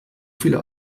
viele